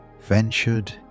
ventured